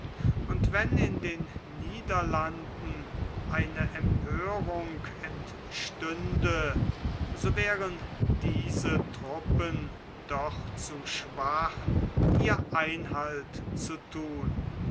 und wenn in den niederlanden eine empörung entstünde so wären diese trnppen doch zu schwach ihr einhalt zu thun